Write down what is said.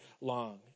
long